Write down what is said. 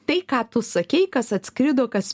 tai ką tu sakei kas atskrido kas